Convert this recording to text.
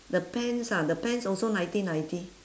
the pants ah the pants also nineteen ninety